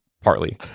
partly